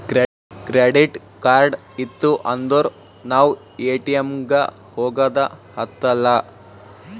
credit card ಇತ್ತು ಅಂದುರ್ ನಾವ್ ಎ.ಟಿ.ಎಮ್ ಗ ಹೋಗದ ಹತ್ತಲಾ